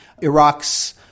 Iraq's